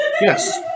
Yes